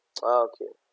ah okay